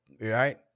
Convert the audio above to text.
Right